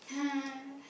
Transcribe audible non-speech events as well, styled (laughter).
(laughs)